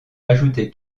ajouter